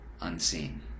unseen